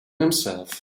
himself